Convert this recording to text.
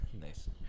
Nice